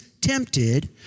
tempted